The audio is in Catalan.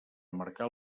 marcar